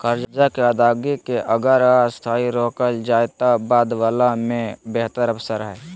कर्जा के अदायगी के अगर अस्थायी रोकल जाए त बाद वला में बेहतर अवसर हइ